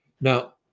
Now